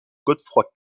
godefroid